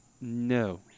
No